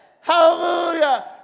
Hallelujah